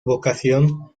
vocación